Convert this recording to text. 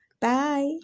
Bye